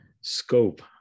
scope